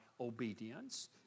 obedience